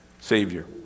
Savior